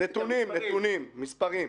מספרים?